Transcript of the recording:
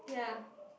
ya